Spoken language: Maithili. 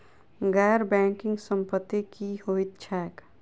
गैर बैंकिंग संपति की होइत छैक?